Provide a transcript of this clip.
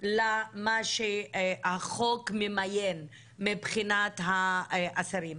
למה שהחוק ממיין מבחינת האסירים.